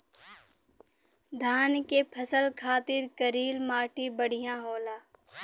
धान के फसल खातिर करील माटी बढ़िया होला